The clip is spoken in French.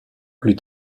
plus